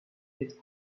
with